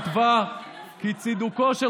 פרופ' רות גביזון כתבה כי צידוקו של